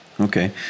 Okay